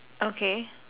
okay